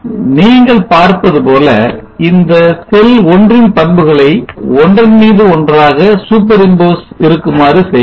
நீங்கள் பார்ப்பதுபோல இந்த செல் 1 ன் பண்புகளை ஒன்றன் மீது ஒன்றாக இருக்குமாறு செய்கிறேன்